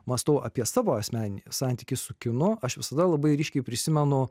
mąstau apie savo asmeninį santykį su kinu aš visada labai ryškiai prisimenu